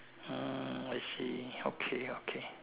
hmm I see okay okay